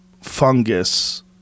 fungus